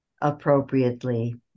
appropriately